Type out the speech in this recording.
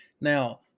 Now